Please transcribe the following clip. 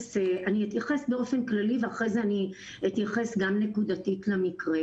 אתייחס באופן כללי ואחרי זה אני אתייחס גם נקודתית למקרה.